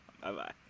Bye-bye